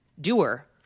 doer